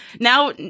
now